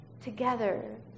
together